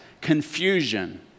confusion